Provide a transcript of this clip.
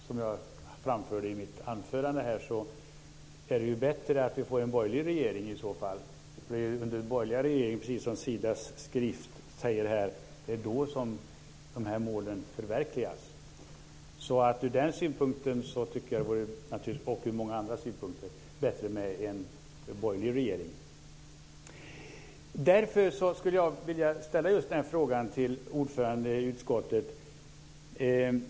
Som jag framförde i mitt anförande är det bättre att vi får en borgerlig regeringen i så fall. Precis som sägs i Sidas skrift var det under borgerliga regeringar som målen förverkligades. Ur den synpunkten och ur många andra synpunkter vore det bättre med en borgerlig regering. Jag skulle vilja ställa en fråga till ordföranden i utskottet.